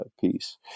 piece